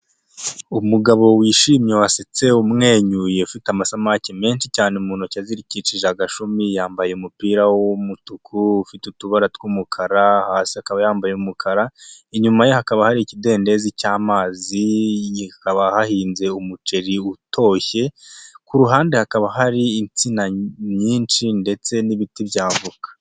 Umugabo wishimye wasetse umwenyuye ufite amasamake menshi cyane mu ntoki zirikikije agashumi yambaye umupira w'umutuku ufite utubara tw'umukara hasi akaba yambaye umukara, inyuma hakaba hari ikidendezi cy'amazi hakaba hahinze umuceri utoshye, ku ruhande hakaba hari insina nyinshi ndetse n'ibiti bya avoka.